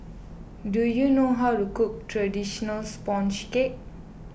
do you know how to cook Traditional Sponge Cake